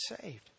saved